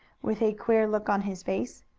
with a queer look on his face.